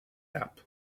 app